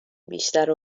بیشتر